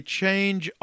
change